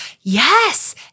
Yes